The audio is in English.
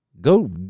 Go